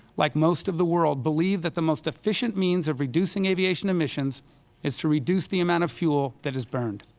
like most of the world, believe that the most efficient means of reducing aviation emissions is to reduce the amount of fuel that is burned.